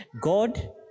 God